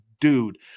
dude